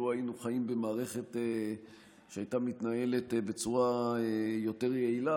לו היינו חיים במערכת שהייתה מתנהלת בצורה יותר יעילה,